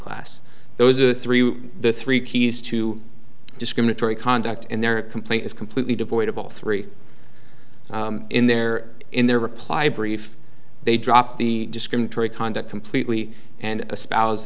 class those are the three the three keys to discriminatory conduct and their complaint is completely devoid of all three in their in their reply brief they dropped the discriminatory conduct completely and a spouse